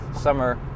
summer